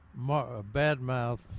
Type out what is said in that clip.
badmouth